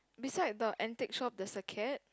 beside the antique shop there's a cat